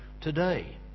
today